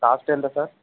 cost ఎంత sir